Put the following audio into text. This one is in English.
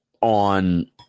on